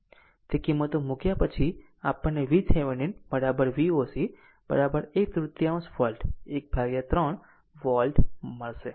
તે કિંમતો મૂક્યા પછી આપણને VThevenin Voc આ એક તૃતીયાંશ વોલ્ટ 13 વોલ્ટ મળશે